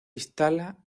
instala